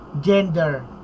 gender